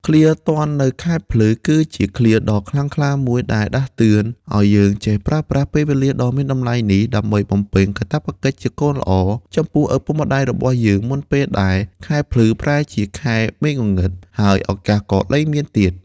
ឃ្លា ទាន់នៅខែភ្លឺ គឺជាឃ្លាដ៏ខ្លាំងក្លាមួយដែលដាស់តឿនឲ្យយើងចេះប្រើប្រាស់ពេលវេលាដ៏មានតម្លៃនេះ ដើម្បីបំពេញកាតព្វកិច្ចជាកូនល្អ ចំពោះឪពុកម្តាយរបស់យើង មុនពេលដែល ខែភ្លឺ ប្រែជា ខែមាឃងងឹត ហើយឱកាសក៏លែងមានទៀត។